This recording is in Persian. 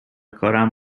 کارم